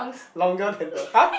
longer than the [huh]